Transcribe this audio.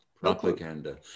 Propaganda